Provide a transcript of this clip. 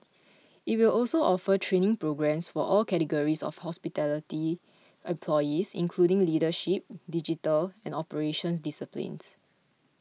it will also offer training programmes for all categories of hospitality employees including leadership digital and operations disciplines